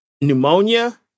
pneumonia